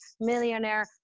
millionaire